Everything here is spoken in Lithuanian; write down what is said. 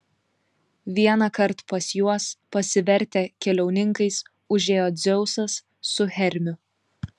vienąkart pas juos pasivertę keliauninkais užėjo dzeusas su hermiu